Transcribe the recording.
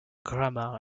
grammar